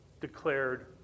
declared